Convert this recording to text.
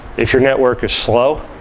if your network is slow,